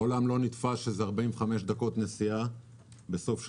בעולם לא נתפס שזה 45 דקות נסיעה בסוף שבוע.